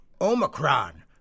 Omicron